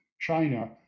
China